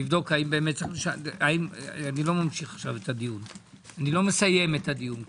אני לא מסיים את הדיון כאן.